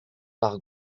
par